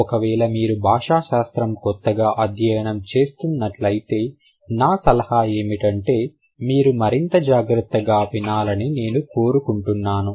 ఒకవేళ మీరు భాషా శాస్త్రము కొత్తగా అధ్యయనం చేస్తున్నట్లు అయితే నా సలహా ఏమిటంటే మీరు మరింత జాగ్రత్తగా వినాలని నేను కోరుకుంటున్నాను